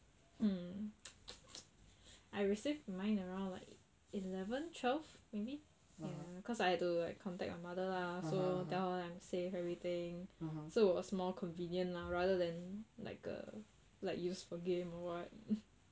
um I receive mine around like eleven twelve maybe ya cause I have to like contact my mother lah so tell her I'm safe everything so was more convenient lah rather than like a like use for game or what